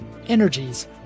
Energies